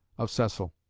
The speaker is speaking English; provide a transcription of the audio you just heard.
of cecil.